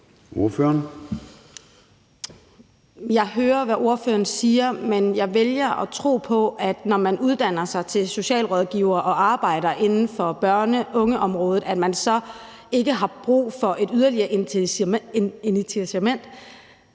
Kim Edberg Andersen siger, men jeg vælger at tro på, at når man uddanner sig til socialrådgiver og arbejder inden for børne- og ungeområdet, har man ikke brug for et yderligere incitament